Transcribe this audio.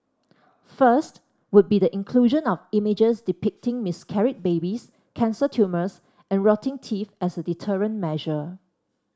first would be the inclusion of images depicting miscarried babies cancer tumours and rotting teeth as a deterrent measure